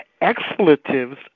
expletives